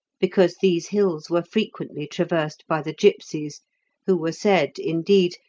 because these hills were frequently traversed by the gipsies who were said, indeed,